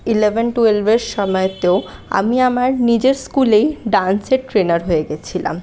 eleven টুয়েলভের সময়তেও আমি আমার নিজের স্কুলেই ড্যান্সের ট্রেইনার হয়ে গেছিলাম